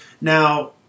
Now